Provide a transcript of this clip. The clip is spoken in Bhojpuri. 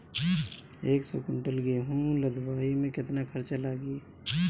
एक सौ कुंटल गेहूं लदवाई में केतना खर्चा लागी?